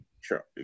Sure